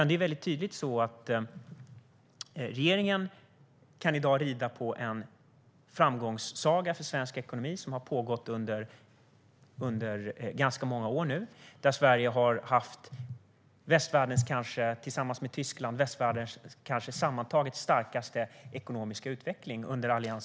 Det är tydligt att regeringen i dag kan rida på en framgångssaga för svensk ekonomi som har pågått under ganska många år nu. Under Alliansens tid vid makten har Sverige, tillsammans med Tyskland, haft västvärldens kanske sammantaget starkaste ekonomiska utveckling.